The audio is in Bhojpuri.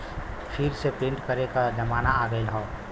फिर से प्रिंट करे क जमाना आ गयल हौ